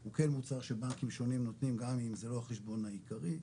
הוא כן מוצר שבנקים שונים נותנים גם אם זה לא החשבון העיקרי,